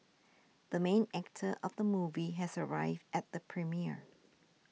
the main actor of the movie has arrived at the premiere